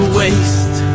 waste